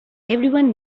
everyone